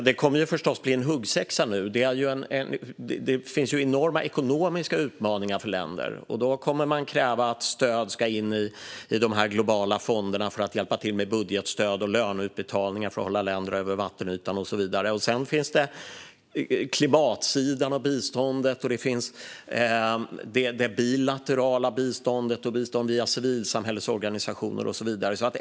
Det kommer förstås att bli en huggsexa nu, eftersom det finns enorma ekonomiska utmaningar för länder. Man kommer att kräva att stöd ska in i de globala fonderna för att hjälpa till med budgetstöd och löneutbetalningar för att hålla länder över vattenytan och så vidare. Sedan finns klimatsidan och biståndet, liksom det bilaterala biståndet, bistånd via civilsamhällesorganisationer och så vidare.